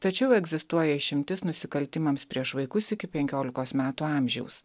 tačiau egzistuoja išimtis nusikaltimams prieš vaikus iki penkiolikos metų amžiaus